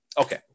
Okay